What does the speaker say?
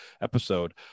episode